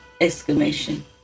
exclamation